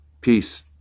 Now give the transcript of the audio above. Peace